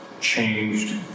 changed